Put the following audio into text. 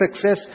success